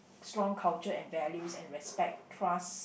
strong culture and values and respect trust